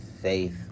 faith